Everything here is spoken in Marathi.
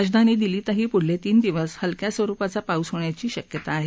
राजधानी दिल्लीतही पुढचे तीन दिवस हलक्या स्वरूपाचा पाऊस होण्याची शक्यता आहे